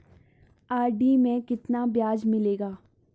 RD में कितना ब्याज मिलेगा?